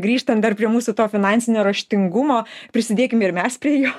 grįžtant dar prie mūsų to finansinio raštingumo prisidėkime ir mes prie jo